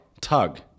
tug